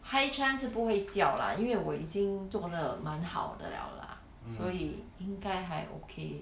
high chance 是不会掉 lah 因为我已经做得蛮好的 liao lah 所以应该还 okay